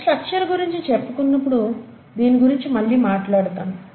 cell structure గురించి చెప్పుకున్నప్పుడు దీని గురించి మళ్ళీ మాట్లాడతాను